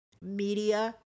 media